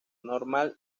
normal